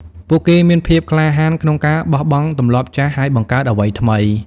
ពួកគេមានភាពក្លាហានក្នុងការបោះបង់ទម្លាប់ចាស់ ហើយបង្កើតអ្វីថ្មី។